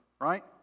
right